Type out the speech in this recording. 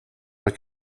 bei